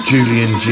Julian